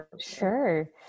Sure